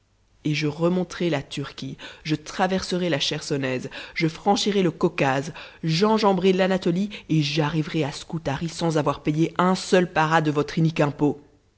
et je remonterai la turquie je traverserai la chersonèse je franchirai le caucase j'enjamberai l'anatolie et j'arriverai à scutari sans avoir payé un seul para de votre inique impôt